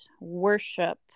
worship